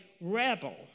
rebel